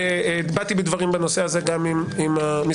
באתי בדברים בנושא הזה גם עם המשרדים,